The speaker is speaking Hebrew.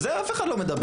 על זה אף אחד לא מדבר.